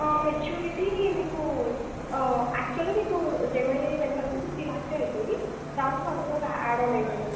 maturity మీకు యాక్చువల్గా మీకు జమా అయ్యేది ఎంత అంటే ఫిఫ్టీ లాక్స్ అవుతాయి దాంట్లో వన్ క్రోర్ యాడ్ ఆన్ అవుతుంది